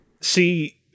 See